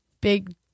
Big